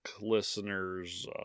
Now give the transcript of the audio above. listeners